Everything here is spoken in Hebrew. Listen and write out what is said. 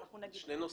זה שני נושאים.